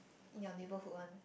in your neighbourhood one